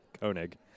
Koenig